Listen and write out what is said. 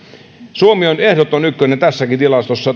suomi on ehdoton ykkönen tässäkin tilastossa